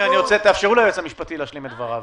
תאפשרו ליועץ המשפטי להשלים את דבריו.